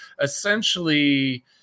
essentially